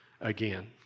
again